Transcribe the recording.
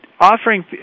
offering